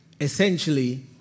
Essentially